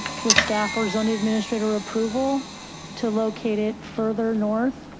with staffers on the administrator approval to locate it further north,